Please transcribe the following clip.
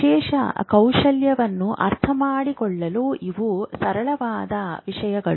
ವಿಶೇಷ ಕೌಶಲ್ಯವನ್ನು ಅರ್ಥಮಾಡಿಕೊಳ್ಳಲು ಇವು ಸರಳವಾದ ವಿಷಯಗಳು